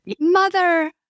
Mother